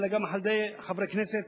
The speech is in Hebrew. אלא גם על-ידי חברי כנסת